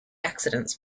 accidents